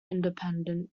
independent